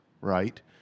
right